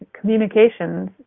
communications